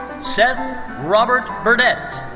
seth robert burdette.